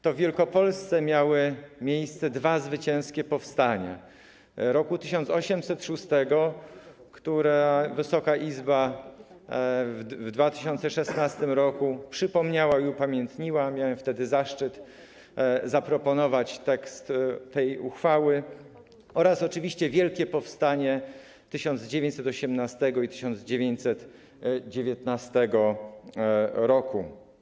To w Wielkopolsce miały miejsce dwa zwycięskie powstania: w roku 1806, które Wysoka Izba w 2016 r. przypomniała i upamiętniła - miałem wtedy zaszczyt zaproponować tekst tej uchwały - oraz oczywiście wielkie powstanie z 1918 i 1919 r.